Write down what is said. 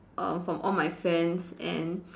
err from all my friends and